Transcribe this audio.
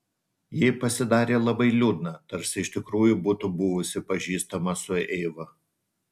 jai pasidarė labai liūdna tarsi iš tikrųjų būtų buvusi pažįstama su eiva